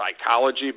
psychology